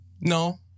No